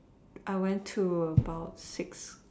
I went to about six